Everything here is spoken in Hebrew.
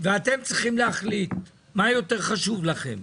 ואתם צריכים להחליט מה יותר חשוב לכם.